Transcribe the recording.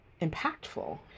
impactful